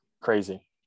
crazy